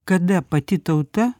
kada pati tauta